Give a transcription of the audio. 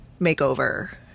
makeover